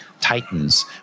Titans